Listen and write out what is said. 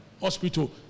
hospital